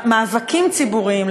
מאבקים ציבוריים,